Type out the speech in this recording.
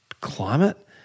climate